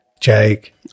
Jake